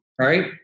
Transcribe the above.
right